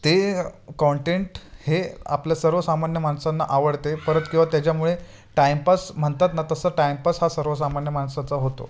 ते कॉन्टेंट हे आपलं सर्वसामान्य माणसांना आवडते परत किंवा त्याच्यामुळे टाईमपास म्हणतात ना तसं टाईमपास हा सर्वसामान्य माणसाचा होतो